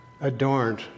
Adorned